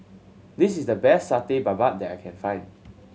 this is the best Satay Babat that I can find